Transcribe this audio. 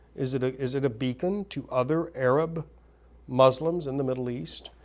is it ah is it a beacon to other arab muslims in the middle east?